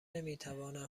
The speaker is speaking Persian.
نمیتوانند